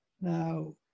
Now